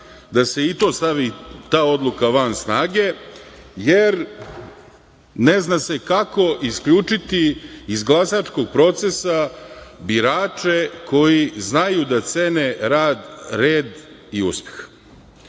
da se i ta odluka stavi van snage, jer ne zna se kako isključiti iz glasačkog procesa birače koji znaju da cene rad, red i uspeh. Ako